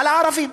על ערבים.